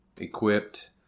equipped—